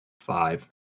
Five